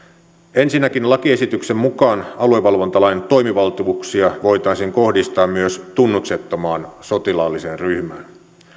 ensinnäkin lakiesityksen mukaan aluevalvontalain toimivaltuuksia voitaisiin kohdistaa myös tunnuksettomaan sotilaalliseen ryhmään